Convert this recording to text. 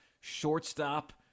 shortstop